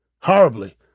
horribly